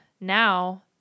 now